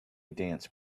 dance